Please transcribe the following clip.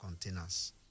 containers